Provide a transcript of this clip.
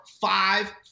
five